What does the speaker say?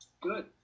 Good